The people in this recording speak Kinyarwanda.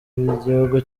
b’igihugu